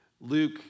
Luke